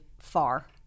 far